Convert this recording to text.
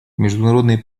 международные